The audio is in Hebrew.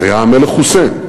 היה המלך חוסיין,